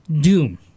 Doom